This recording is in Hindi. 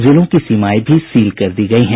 जिलों की सीमाएं भी सील कर दी गयी हैं